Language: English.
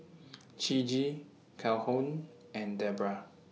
Ciji Calhoun and Debroah